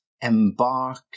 Embark